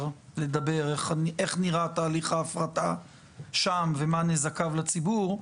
לדבר איך נראה תהליך ההפרטה שם ומה נזקיו לציבור,